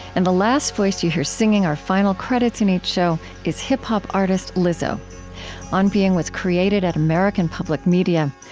and the last voice you hear, singing our final credits in each show, is hip-hop artist lizzo on being was created at american public media.